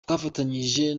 twafatanyije